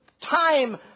time